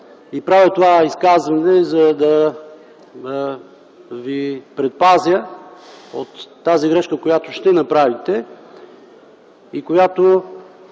Правя това изказване, за да ви предпазя от тази грешка, която ще направите и ще